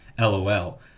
LOL